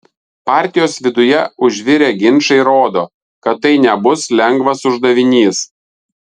partijos viduje užvirę ginčai rodo kad tai nebus lengvas uždavinys